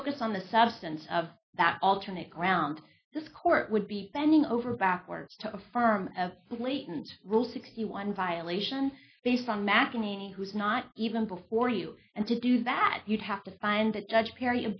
focus on the substance of that alternate ground this court would be bending over backwards to affirm of layton's rule sixty one violations the from mcenaney who's not even before you and to do that you'd have to find the judge perry